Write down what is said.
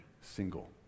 single